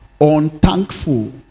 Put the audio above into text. unthankful